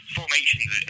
formations